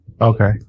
Okay